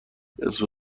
اسم